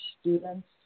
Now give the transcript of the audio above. students